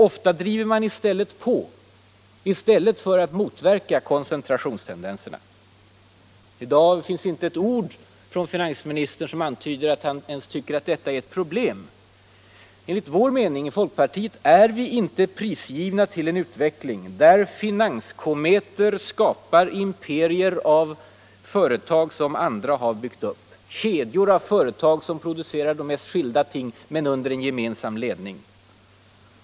Ofta driver man i stället på för att motverka koncentrationstendenserna. I dag säger finansministern inte ett ord som antyder att han tycker att det här är ett problem. Enligt folkpartiets mening är vi inte prisgivna till en utveckling, där finanskometer skapar imperier av företag som andra har byggt upp, kedjor av företag som producerar de mest skilda ting under en gemensam ledning.